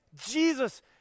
Jesus